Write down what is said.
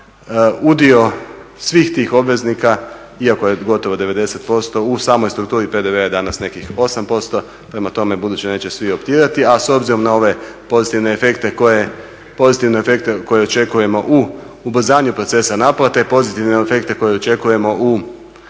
udio svih tih obveznika, iako je gotovo 90% u samoj strukturi PDV-a je danas nekih 8%. Prema tome, buduće neće svi optirati, a s obzirom na ove pozitivne efekte koje očekujemo u ubrzanju procesa naplate, pozitivne efekte koje očekujemo u